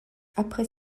après